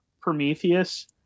Prometheus